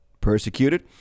Persecuted